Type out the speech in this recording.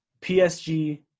PSG